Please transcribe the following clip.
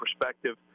perspective